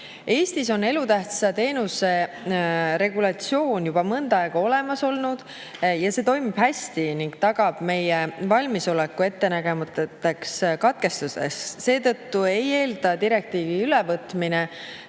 Eestis on elutähtsa teenuse regulatsioon juba mõnda aega olnud olemas, see toimib hästi ja tagab meie valmisoleku ettenägematuteks katkestusteks. Seetõttu ei eelda direktiivi ülevõtmine